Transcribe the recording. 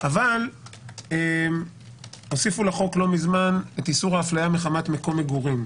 אבל הוסיפו לחוק לא מזמן את איסור ההפליה מחמת מקום מגורים.